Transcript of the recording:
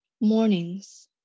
Mornings